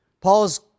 Paul's